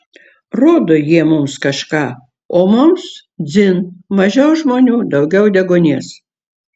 rodo jie mums kažką o mums dzin mažiau žmonių daugiau deguonies